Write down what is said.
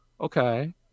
Okay